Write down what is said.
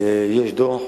יש דוח,